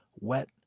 Wet